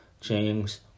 James